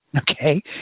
okay